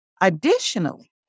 Additionally